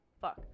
fuck